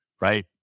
right